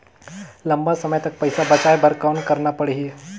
लंबा समय तक पइसा बचाये बर कौन करना पड़ही?